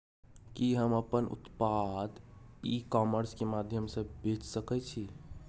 कि हम अपन उत्पाद ई कॉमर्स के माध्यम से बेच सकै छी?